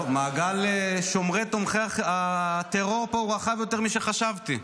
מעגל שומרי תומכי הטרור פה רחב יותר משחשבתי.